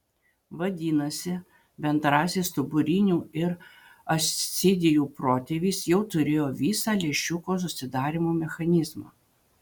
vadinasi bendrasis stuburinių ir ascidijų protėvis jau turėjo visą lęšiuko susidarymo mechanizmą